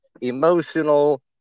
emotional